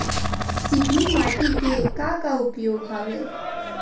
चिकनी माटी के का का उपयोग हवय?